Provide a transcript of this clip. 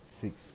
six